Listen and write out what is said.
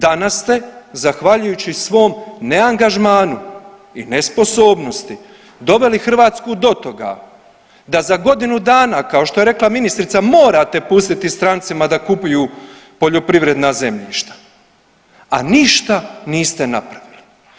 Danas ste zahvaljujući svom neangažmanu i nesposobnosti doveli Hrvatsku do toga da za godinu dana kao što je rekla ministrica morate pustiti strancima da kupuju poljoprivredna zemljišta, a ništa niste napravili.